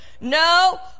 No